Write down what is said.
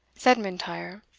said m'intyre.